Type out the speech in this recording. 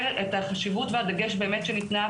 ואת החשיבות והדגש שניתנה,